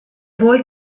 boy